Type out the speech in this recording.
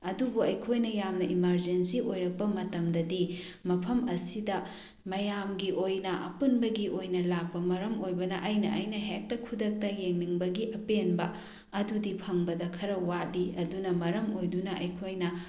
ꯑꯗꯨꯕꯨ ꯑꯩꯈꯣꯏꯅ ꯌꯥꯝꯅ ꯑꯦꯃꯥꯔꯖꯦꯟꯁꯤ ꯑꯣꯏꯔꯛꯄ ꯃꯇꯝꯗꯗꯤ ꯃꯐꯝ ꯑꯁꯤꯗ ꯃꯌꯥꯝꯒꯤ ꯑꯣꯏꯅ ꯑꯄꯨꯟꯕꯒꯤ ꯑꯣꯏꯅ ꯂꯥꯛꯄ ꯃꯔꯝ ꯑꯣꯏꯕꯅ ꯑꯩꯅ ꯑꯩꯅ ꯍꯦꯛꯇ ꯈꯨꯗꯛꯇ ꯌꯦꯡꯅꯤꯡꯕꯒꯤ ꯑꯄꯦꯟꯕ ꯑꯗꯨꯗꯤ ꯐꯪꯕꯗ ꯈꯔ ꯋꯥꯠꯂꯤ ꯑꯗꯨꯅ ꯃꯔꯝ ꯑꯣꯏꯗꯨꯅ ꯑꯩꯈꯣꯏꯅ